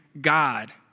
God